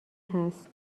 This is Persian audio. هست